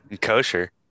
kosher